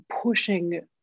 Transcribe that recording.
pushing